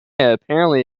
apparently